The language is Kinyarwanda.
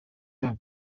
yanyu